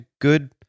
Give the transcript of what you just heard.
good